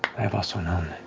i have also known